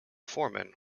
foreman